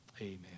amen